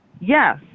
Yes